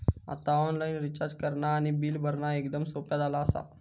आता online recharge करणा आणि बिल भरणा एकदम सोप्या झाला आसा